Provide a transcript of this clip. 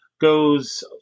goes